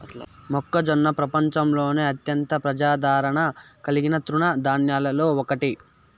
మొక్కజొన్న ప్రపంచంలోనే అత్యంత ప్రజాదారణ కలిగిన తృణ ధాన్యాలలో ఒకటి